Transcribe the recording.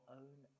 own